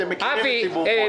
אתם מכירים את סיבוב מוצא.